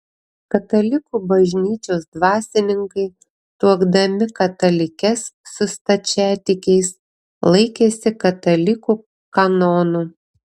katalikų bažnyčios dvasininkai tuokdami katalikes su stačiatikiais laikėsi katalikų kanonų